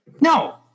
No